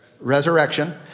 Resurrection